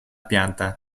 pianta